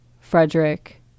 Frederick